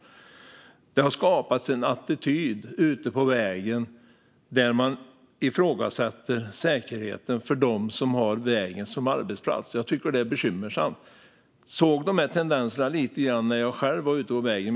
Det har skapats en attityd ute på vägen, där man ifrågasätter säkerheten för dem som har vägen som arbetsplats. Jag såg lite grann av de här tendenserna när jag själv var ute på vägen.